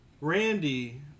Randy